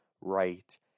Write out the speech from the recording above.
right